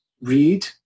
read